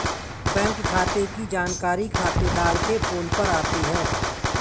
bank खाते की जानकारी खातेदार के फोन पर आती है